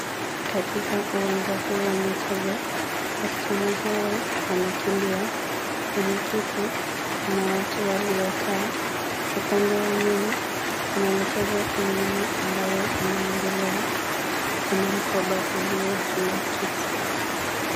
Katika uwanja huu wa michezo, wasichana hawa wanakimbia. Kwenye kiti kuna watu waliokaa upande wa nyuma, kuna michezo ingine ambayo inayoendelea. Kuna mkoba ulio juu ya kiti.